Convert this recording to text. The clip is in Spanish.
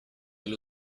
del